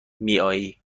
میائی